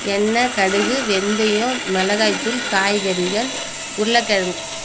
எண்ணெய் கடுகு வெந்தயம் மிளகாய்தூள் காய்கறிகள் உருளை கிழங்கு